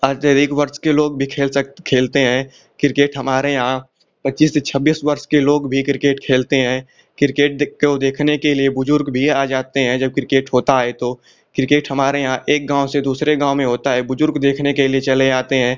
अत्यधिक वर्ष के लोग भी खेल खेलते हैं क्रिकेट हमारे यहाँ पच्चीस से छब्बीस वर्ष के लोग भी क्रिकेट खेलते हैं क्रिकेट देख को देखने के लिए बुजुर्ग भी आ जाते हैं जब क्रिकेट होता है तो क्रिकेट हमारे यहाँ एक गाँव से दूसरे गाँव में होता है बुजुर्ग देखने के लिए चले आते हैं